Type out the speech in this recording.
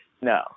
No